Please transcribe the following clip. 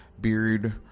Beard